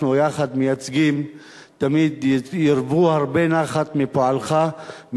יחד מייצגים תמיד ירוו הרבה נחת מפועלך,